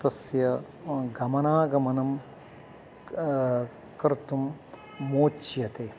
तस्य गमनागमनं क कर्तुं मोच्यते